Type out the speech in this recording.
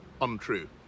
untrue